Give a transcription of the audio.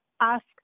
ask